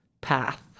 path